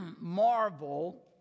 marvel